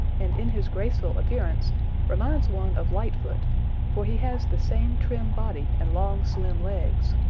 and in his graceful appearance reminds one of lightfoot for he has the same trim body and long slim legs.